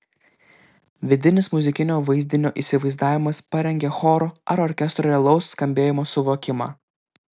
vidinis muzikinio vaizdinio įsivaizdavimas parengia choro ar orkestro realaus skambėjimo suvokimą